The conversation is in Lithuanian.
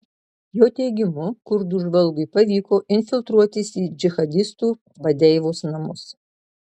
jo teigimu kurdų žvalgui pavyko infiltruotis į džihadistų vadeivos namus